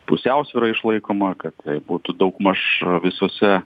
pusiausvyra išlaikoma kad būtų daugmaž visose